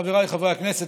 חבריי חברי הכנסת,